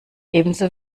ebenso